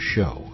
Show